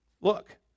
look